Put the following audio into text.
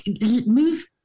move